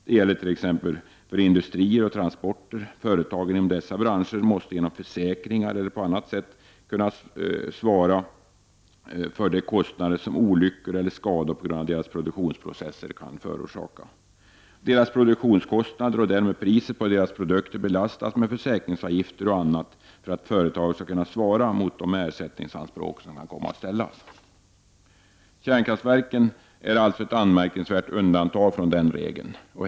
Det gäller t.ex. för industrier och transporter. Företagen inom denna branscher måste genom försäkringar eller på annat sätt kunna svara för de kostnader som olyckor eller skador på grund av deras produktionsprocesser kan förorsaka. Deras produktionskostnader och därmed priset på deras produkter belastas med försäkringsavgifter och annat för att företaget skall kunna svara mot de ersättningsanspråk som kan komma att ställas. Kärnkraftsverken är alltså ett anmärkningsvärt undantag från denna regel.